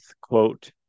quote